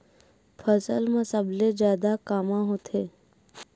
फसल मा सबले जादा कामा होथे?